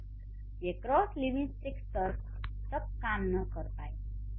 शायद ये cross linguistic स्तर तक काम न कर पाएँ